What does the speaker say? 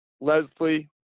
Leslie